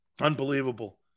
Unbelievable